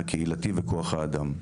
הקהילתי וכוח האדם.